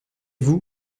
vous